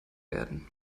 werden